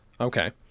Okay